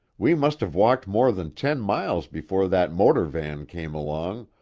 we must have walked more than ten miles before that motor van came along,